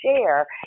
share